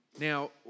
Now